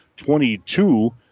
22